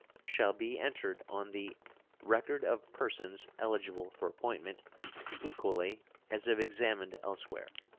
shall be entered on the record of persons eligible for appointment equally as if examined elsewhere.